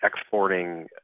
exporting